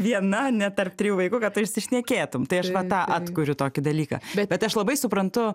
viena ne tarp trijų vaikų kad tu išsišnekėtum tai aš va tą atkuriu tokį dalyką bet aš labai suprantu